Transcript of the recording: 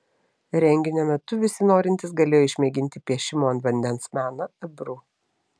renginio metu visi norintys galėjo išmėginti piešimo ant vandens meną ebru